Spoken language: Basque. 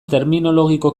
terminologiko